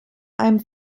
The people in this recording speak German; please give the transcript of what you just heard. einem